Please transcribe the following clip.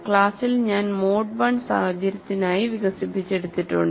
ക്ലാസ്സിൽ ഞാൻ mode I സാഹചര്യത്തിനായി വികസിപ്പിച്ചെടുത്തിട്ടുണ്ട്